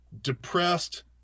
depressed